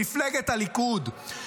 מפלגת הליכוד,